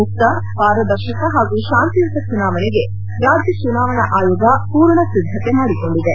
ಮುಕ್ತ ಪಾರದರ್ಶಕ ಹಾಗೂ ಶಾಂತಿಯುತ ಚುನಾವಣೆಗೆ ರಾಜ್ಯ ಚುನಾವಣಾ ಆಯೋಗ ಪೂರ್ಣ ಸಿದ್ದತೆ ಮಾಡಿಕೊಂಡಿದೆ